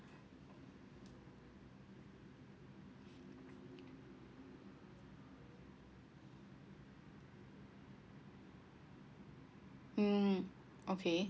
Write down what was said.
mm okay